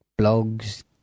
blogs